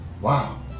Wow